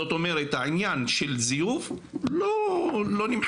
זאת אומרת, העניין של זיוף לא נמחק.